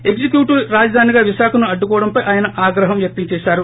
executive రాజధానిగా విశాఖను అడ్డుకోవడంపై ఆయన ఆగ్రహం వ్యక్తం చేశారు